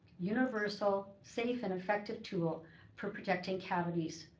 universal, safe and effective tool for projecting cavities.